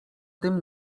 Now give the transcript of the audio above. tym